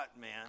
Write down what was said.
man